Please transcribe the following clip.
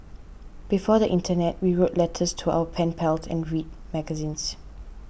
before the internet we wrote letters to our pen pals and read magazines